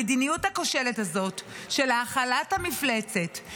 המדיניות הכושלת הזאת של האכלת המפלצת,